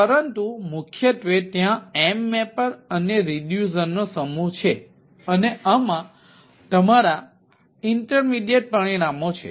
પરંતુ મુખ્યત્વે ત્યાં M મેપર અને રિડ્યુસરનો સમૂહ છે અને આમાં તમારા મધ્યવર્તી પરિણામો છે